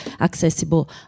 accessible